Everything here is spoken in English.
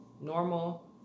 normal